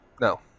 No